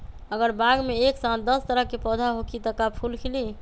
अगर बाग मे एक साथ दस तरह के पौधा होखि त का फुल खिली?